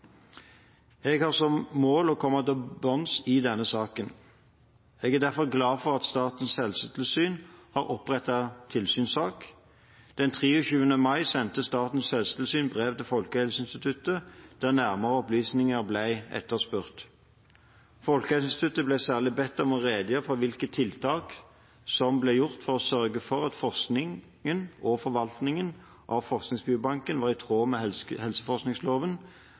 Jeg har som mål å komme til bunns i denne saken. Jeg er derfor glad for at Statens helsetilsyn har opprettet tilsynssak. Den 23. mai sendte Statens helsetilsyn brev til Folkehelseinstituttet, der nærmere opplysninger ble etterspurt. Folkehelseinstituttet ble særlig bedt om å redegjøre for hvilke tiltak som ble gjort for å sørge for at forskningen og forvaltningen av forskningsbiobankene var i tråd med helseforskningsloven